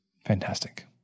Fantastic